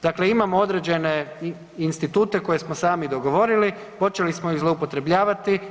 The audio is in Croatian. Dakle imamo određene institute koje smo sami dogovorili, počeli smo ih zloupotrebljavati.